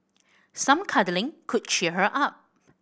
some cuddling could cheer her up